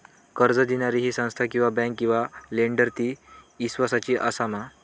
कर्ज दिणारी ही संस्था किवा बँक किवा लेंडर ती इस्वासाची आसा मा?